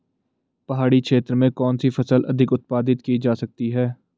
पहाड़ी क्षेत्र में कौन सी फसल अधिक उत्पादित की जा सकती है?